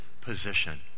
position